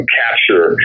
capture